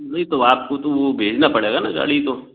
नहीं तो आपको तो वो भेजना पड़ेगा ना गाड़ी तो